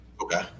Okay